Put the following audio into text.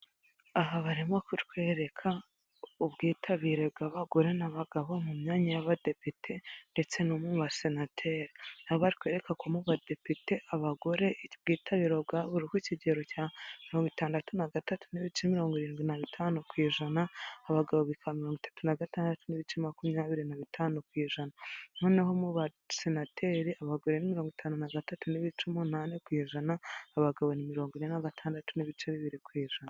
Aha barimo kutwereka ubwitabire bw'abagore n'abagabo mu myanya y'Abadepite ndetse no mu Basenateri, aho batwereka ko mu Badepite abagore ubwitabire bwabo buri ku kigero cya mirongo itandatu na gatatu n'ibice mirongo irindwi na bitanu ku ijana, abagabo bikaba mirongo itatu na gatandatu n'ibice makumyabiri na bitanu ku ijana, noneho mu Basenateri abagore ni mirongo itanu na gatatu n'ibice umunani ku ijana, abagabo mirongo ine na gatandatu n'ibice bibiri ku ijana.